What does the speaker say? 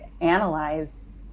analyze